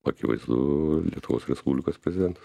akivaizdu lietuvos respublikos prezidentas